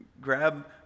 grab